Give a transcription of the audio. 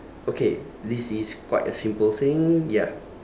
okay this is quite a simple thing ya